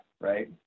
right